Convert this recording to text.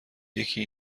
یکی